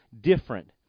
different